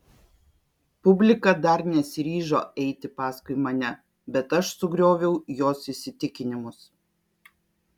publika dar nesiryžo eiti paskui mane bet aš sugrioviau jos įsitikinimus